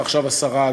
ועכשיו השרה,